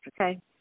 okay